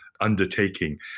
undertaking